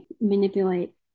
manipulate